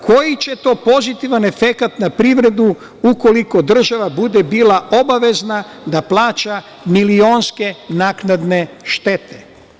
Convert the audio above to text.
Koji će to pozitivan efekat na privredu, ukoliko država bude bila obavezna, da plaća milionske naknade štete?